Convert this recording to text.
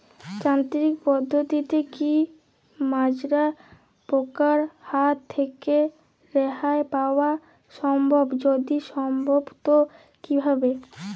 যান্ত্রিক পদ্ধতিতে কী মাজরা পোকার হাত থেকে রেহাই পাওয়া সম্ভব যদি সম্ভব তো কী ভাবে?